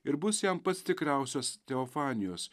ir bus jam pats tikriausias teofanijos